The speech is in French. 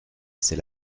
c’est